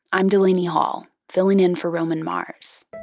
i'm delaney hall, filling in for roman mars